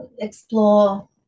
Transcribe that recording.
explore